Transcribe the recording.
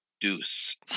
deuce